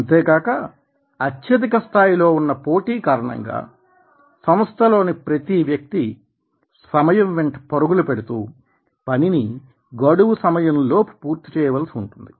అంతేకాక అత్యధిక స్థాయిలో ఉన్న పోటీ కారణంగా సంస్థలోని ప్రతి వ్యక్తి సమయం వెంట పరుగులు పెడుతూ పనిని గడువు సమయం లోపు పూర్తి చేయవలసి ఉంటుంది